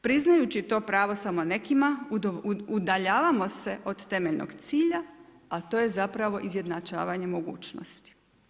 Priznajući to pravo samo nekima udaljavamo se od temeljnog cilja a to je zapravo izjednačavanje mogućnosti.